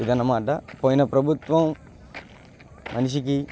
ఇది అన్నమాట పోయిన ప్రభుత్వం మనిషికి